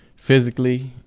physically.